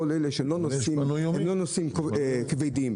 כאלה שלא נוסעים הרבה.